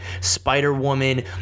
Spider-Woman